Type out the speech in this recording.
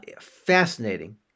fascinating